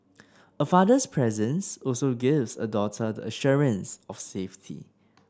a father's presence also gives a daughter the assurance of safety